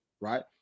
right